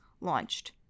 launched